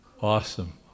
Awesome